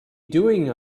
doing